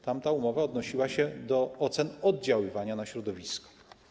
Tamta umowa odnosiła się do ocen oddziaływania na środowisko.